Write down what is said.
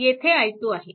येथे i 2 आहे